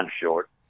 Short